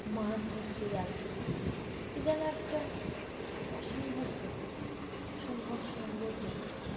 মাছ ধরছে জাল ফেলে এ যেন একটা অসম্ভব প্রকৃতি অসম্ভব সুন্দর প্রকৃতি